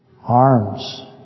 Arms